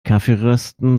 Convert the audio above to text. kaffeerösten